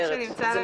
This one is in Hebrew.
מצטערת.